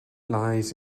lies